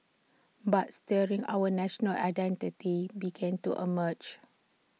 but stirrings our national identity began to emerge